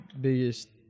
biggest